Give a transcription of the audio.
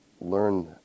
learn